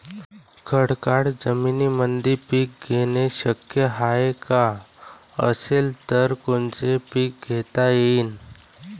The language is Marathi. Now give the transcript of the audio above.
खडकाळ जमीनीमंदी पिके घेणे शक्य हाये का? असेल तर कोनचे पीक घेता येईन?